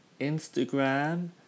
Instagram